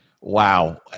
Wow